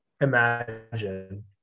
imagine